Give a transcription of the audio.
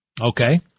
Okay